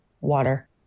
Water